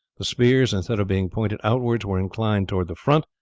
the spears, instead of being pointed outwards, were inclined towards the front,